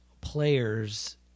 players